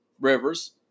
Rivers